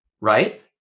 Right